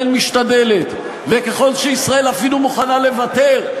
משתדלת וככל שישראל אפילו מוכנה לוותר,